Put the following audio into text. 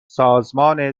سازمان